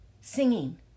singing